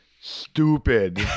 stupid